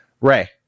Ray